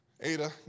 Ada